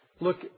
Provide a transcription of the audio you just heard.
Look